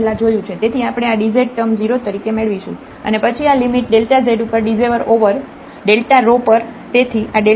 તેથી આપણે આ dz ટર્મ 0 તરીકે મેળવીશું અને પછી આ લિમિટ z ઉપર ડીઝેવર ઓવર rho પર